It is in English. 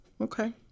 okay